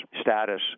status